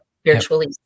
spiritually